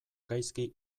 gaizki